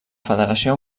federació